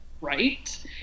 Right